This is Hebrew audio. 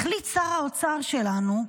החליט שר האוצר שלנו,